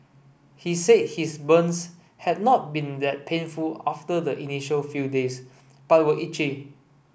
he said his burns had not been that painful after the initial few days but were itchy